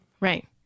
Right